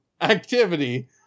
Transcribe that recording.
activity